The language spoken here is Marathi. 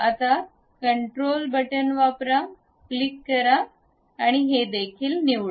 आता कंट्रोल बटण वापरा क्लिक करा आणि हे देखील निवडा